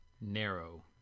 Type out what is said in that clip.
narrow